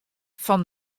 fan